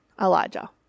Elijah